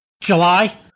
July